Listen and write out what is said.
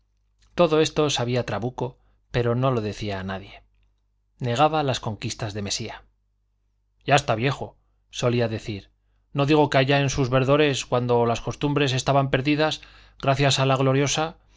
todo esto sabía trabuco pero no lo decía a nadie negaba las conquistas de mesía ya está viejo solía decir no digo que allá en sus verdores cuando las costumbres estaban perdidas gracias a la gloriosa